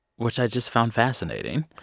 which i just found fascinating.